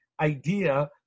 Idea